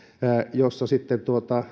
jossa sitten